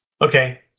Okay